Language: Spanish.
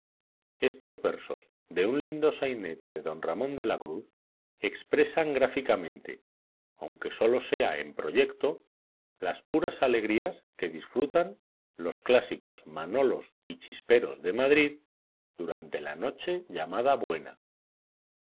estos versos de un lindo sainete de don ramón de la cruz expresan gráficamente aunque sólo sea en proyecto las puras alegrías que disfrutan los clásicos manolos y chisperos de madrid durante la noche llamada buena